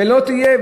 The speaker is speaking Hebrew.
ולא תהיה,